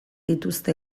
dituzte